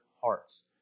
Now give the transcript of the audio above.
hearts